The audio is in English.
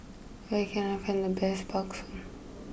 where can I find the best Bakso